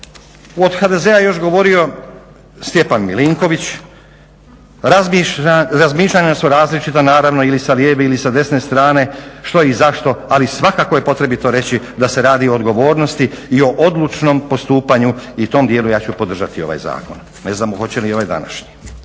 Od HDZ-a je još govorio Stjepan MIlinković, razmišljanja su različita naravno ili sa lijeve ili sa desne strane što i zašto ali svakako je potrebito reći da se radi o odgovornosti i o odlučnom postupanju i u tom dijelu ja ću podržati ovaj zakon. ne znam hoće li i ovaj današnji.